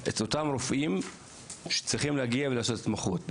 את אותם רופאים שצריכים להגיע ולעשות התמחות.